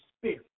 spirit